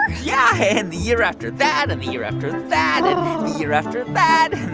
yeah. and the year after that and the year after that. and the year after that